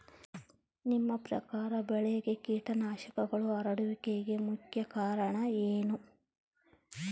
ನಿಮ್ಮ ಪ್ರಕಾರ ಬೆಳೆಗೆ ಕೇಟನಾಶಕಗಳು ಹರಡುವಿಕೆಗೆ ಮುಖ್ಯ ಕಾರಣ ಏನು?